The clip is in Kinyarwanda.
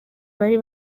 bari